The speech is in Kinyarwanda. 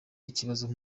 ikibazo